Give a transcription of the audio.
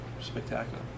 spectacular